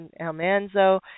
Almanzo